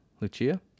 Lucia